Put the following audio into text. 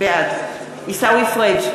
בעד עיסאווי פריג'